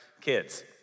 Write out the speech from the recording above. kids